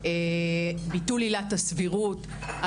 ביטול עילת הסבירות,